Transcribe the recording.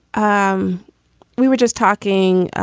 um we were just talking.